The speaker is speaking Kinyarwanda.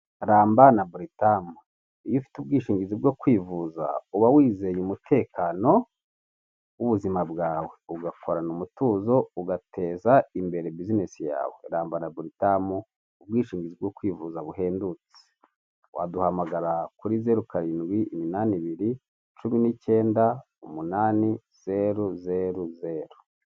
Ramba na Britam; iyo ufite ubwishingizi bwo kwivuza, uba wizeye umutekano w'ubuzima bwawe, ugakorana umutuzo ugateza imbere businesi yawe, ramba na Britam ubwishingizi bwo kwivuza buhendutse, waduhamagara kuri zeru karindwi iminani ibi cumi n'icyenda umunani zeru zeru zeru.